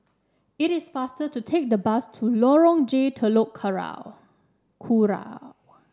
it is faster to take the bus to Lorong J Telok Kurau